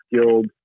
skilled